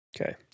Okay